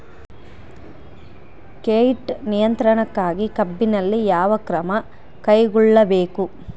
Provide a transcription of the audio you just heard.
ಕೇಟ ನಿಯಂತ್ರಣಕ್ಕಾಗಿ ಕಬ್ಬಿನಲ್ಲಿ ಯಾವ ಕ್ರಮ ಕೈಗೊಳ್ಳಬೇಕು?